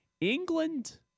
England